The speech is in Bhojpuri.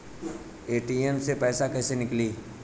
ए.टी.एम से पैसा कैसे नीकली?